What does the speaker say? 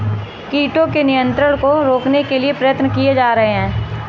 कीटों के नियंत्रण को रोकने के लिए प्रयत्न किये जा रहे हैं